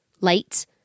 Late